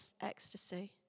ecstasy